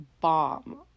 bomb